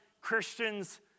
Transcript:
Christians